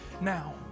now